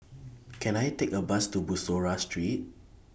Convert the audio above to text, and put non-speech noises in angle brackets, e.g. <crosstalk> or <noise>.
<noise> Can I Take A Bus to Bussorah Street